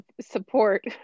support